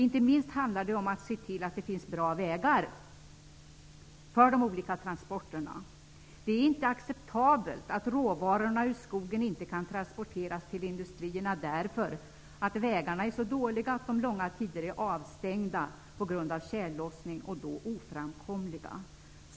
Inte minst handlar det om att se till att det finns bra vägar för de olika transporterna. Det är inte acceptabelt att råvarorna ur skogen inte kan transporteras till industrierna därför att vägarna är så dåliga att de långa tider är oframkomliga och avstängda på grund av tjällossning.